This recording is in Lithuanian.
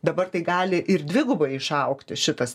dabar tai gali ir dvigubai išaugti šitas